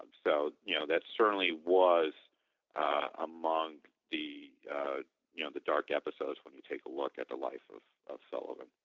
and so, you know that certainly was among the you know the dark episodes when we take a look at the life of of sullivan